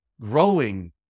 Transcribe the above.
growing